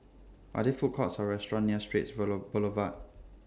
Are There Food Courts Or restaurants near Straits Boulevard